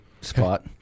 spot